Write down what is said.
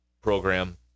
program